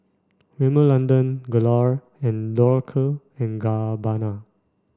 Rimmel London Gelare and Dolce and Gabbana